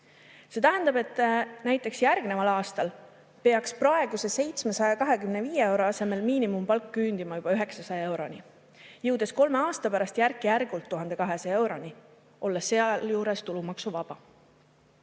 See tähendab, et näiteks järgneval aastal peaks miinimumpalk praeguse 725 euro asemel küündima juba 900 euroni, jõudes kolme aasta pärast järk-järgult 1200 euroni, olles sealjuures tulumaksuvaba.